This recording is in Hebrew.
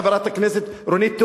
חברת הכנסת רונית תירוש,